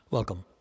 Welcome